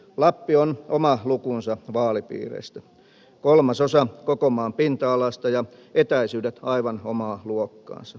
lappi on oma lukunsa vaalipiireistä kolmasosan koko maan pinta alasta ja etäisyydet aivan omaa luokkaansa